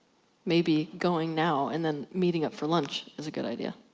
maybe going now and then meeting up for lunch is a good idea.